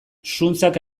zuntzak